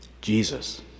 Jesus